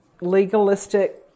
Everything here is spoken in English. legalistic